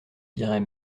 dirais